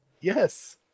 Yes